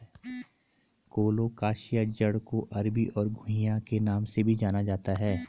colocasia जड़ को अरबी और घुइआ के नाम से भी जाना जाता है